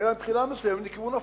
אלא מבחינה מסוימת מכיוון הפוך.